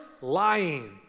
lying